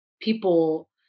people